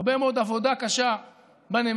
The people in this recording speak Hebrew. בהרבה מאוד עבודה קשה בנמלים,